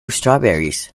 strawberries